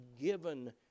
given